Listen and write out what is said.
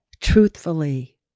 truthfully